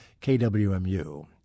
KWMU